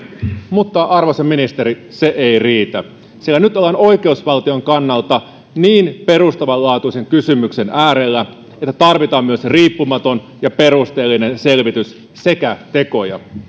mutta arvoisa ministeri se ei riitä sillä nyt ollaan oikeusvaltion kannalta niin perustavanlaatuisen kysymyksen äärellä että tarvitaan myös riippumaton ja perusteellinen selvitys sekä tekoja